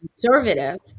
conservative